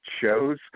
shows